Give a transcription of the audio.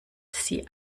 sie